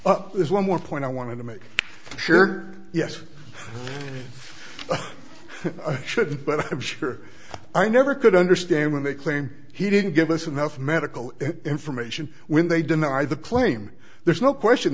is one more point i want to make sure yes i shouldn't but i'm sure i never could understand when they claim he didn't give us enough medical information when they deny the claim there's no question